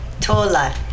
Tola